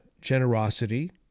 generosity